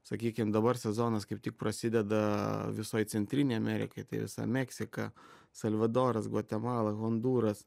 sakykim dabar sezonas kaip tik prasideda visoj centrinėj amerikoj tai visa meksika salvadoras gvatemala hondūras